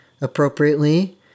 appropriately